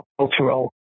cultural